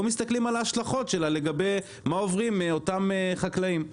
מסתכלים על ההשלכות שלה לגבי מה עוברים אותם חקלאים.